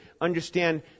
understand